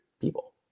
people